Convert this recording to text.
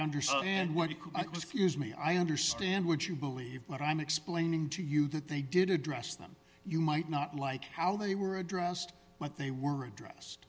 understand what it is me i understand what you believe what i'm explaining to you that they did address them you might not like how they were addressed but they were address